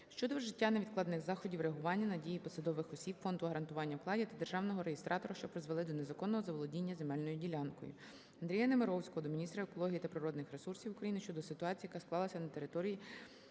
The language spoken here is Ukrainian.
щодо вжиття невідкладних заходів реагування на дії посадових осіб Фонду гарантування вкладів та державного реєстратора, що призвели до незаконного заволодіння земельною ділянкою. Андрія Немировського до міністра екології та природних ресурсів України щодо ситуації, яка склалася на території